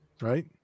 right